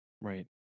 right